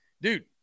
dude